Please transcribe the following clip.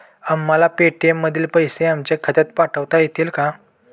आम्हाला पेटीएम मधील पैसे आमच्या खात्यात पाठवता येतील का?